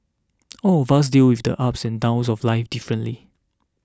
all of us deal with the ups and downs of life differently